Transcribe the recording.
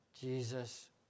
Jesus